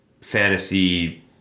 fantasy